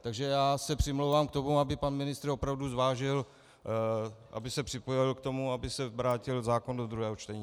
Takže se přimlouvám k tomu, aby pan ministr opravdu zvážil, aby se připojil k tomu, aby se vrátil zákon do druhého čtení.